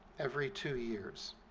every two years.